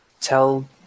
tell